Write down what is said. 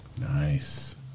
Nice